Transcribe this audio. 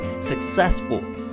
successful